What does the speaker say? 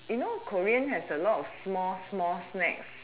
you know korean have those small small snack